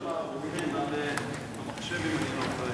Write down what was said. על המחשב, אם אני לא טועה.